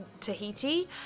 Tahiti